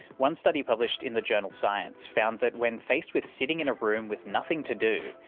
one study published in the journal science found that when faced with sitting in a room with nothing to do,